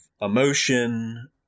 emotion